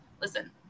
listen